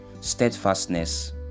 steadfastness